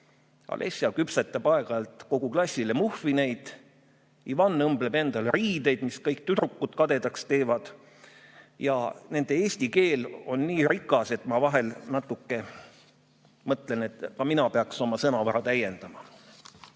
Alesja küpsetab aeg-ajalt kogu klassile muffineid, Ivan õmbleb endale riideid, mis kõik tüdrukud kadedaks teevad. Ja nende eesti keel on nii rikas, et ma vahel mõtlen, et ka mina peaks oma sõnavara